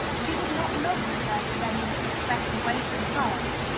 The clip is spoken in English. she does not know that there is any better way than hers.